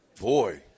boy